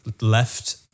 left